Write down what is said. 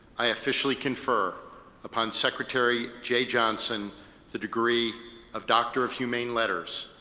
i officially confer upon secretary jeh johnson the degree of doctor of humane letters,